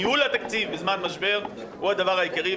ניהול התקציב בזמן משבר הוא הדבר העיקרי,